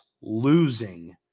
losing